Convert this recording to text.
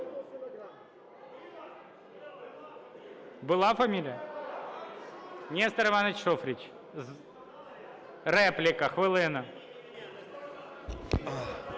Нестор Іванович Шуфрич, репліка, хвилина.